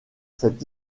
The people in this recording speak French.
cette